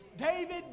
David